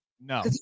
No